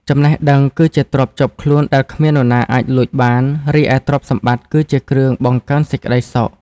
ចំណេះដឹងគឺជាទ្រព្យជាប់ខ្លួនដែលគ្មាននរណាអាចលួចបាន រីឯទ្រព្យសម្បត្តិគឺជាគ្រឿងបង្កើនសេចក្តីសុខ។